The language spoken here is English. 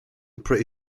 pretty